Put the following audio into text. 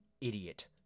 idiot